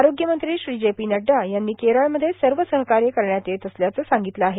आरोग्यमंत्री श्री जे पी नड्डा यांनी केरळमध्ये सर्व सहकार्य करण्यात येत असल्याचं सांगितलं आहे